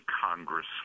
congress